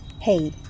hey